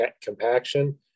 compaction